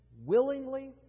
willingly